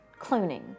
cloning